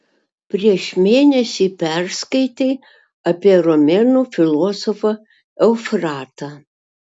prieš mėnesį perskaitei apie romėnų filosofą eufratą